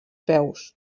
peus